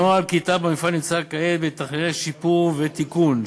נוהל "כיתה במפעל" נמצא כעת בתהליכי שיפור ותיקון,